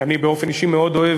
שאני באופן אישי מאוד אוהב,